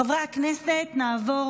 חברי הכנסת, נעבור